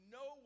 no